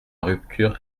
rupture